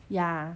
ya